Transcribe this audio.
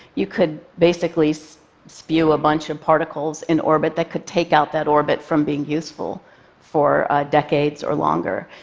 you could basically so spew a bunch of particles in orbit that could take out that orbit from being useful for decades or longer.